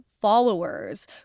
followers